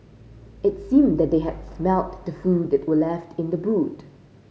it seemed that they had smelt the food that were left in the boot